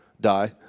die